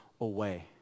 away